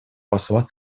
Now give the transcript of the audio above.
посла